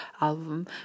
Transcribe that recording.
album